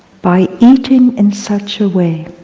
by eating in such a way,